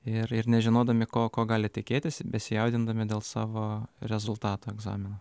ir ir nežinodami ko ko gali tikėtis besijaudindami dėl savo rezultato egzamino